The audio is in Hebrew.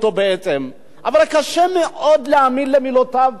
קשה מאוד להאמין למילותיו של ראש הממשלה.